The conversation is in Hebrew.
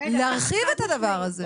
להרחיב את הדבר הזה.